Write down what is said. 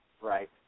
right